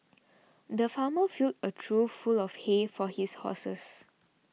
the farmer filled a trough full of hay for his horses